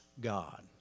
God